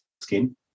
skin